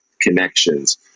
connections